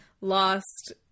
Lost